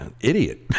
idiot